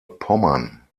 pommern